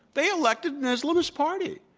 they elected an islamist party.